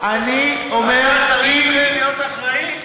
אתה צריך להיות אחראי.